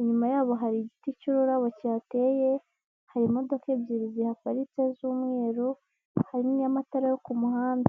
Inyuma yabo hari igiti cy'ururabo kihateye, hari imodoka ebyiri zihaparitse z'umweru, harimo n'amatara yo ku muhanda.